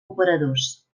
operadors